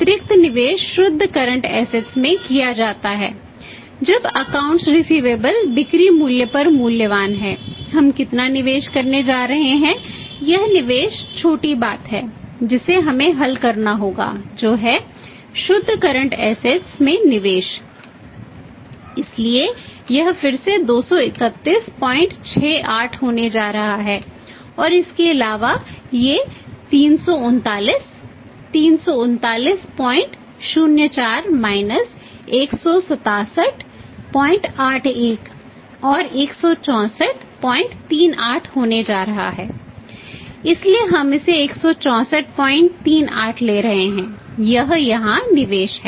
अगली बात यह है कि जब रिसिवेबल्स में निवेश इसलिए यह फिर से 23168 होने जा रहा है और इसके अलावा यह 339 33904 माइनस 16781 और 16438 होने जा रहा है इसलिए हम इसे 16438 ले रहे हैं यह यहाँ निवेश है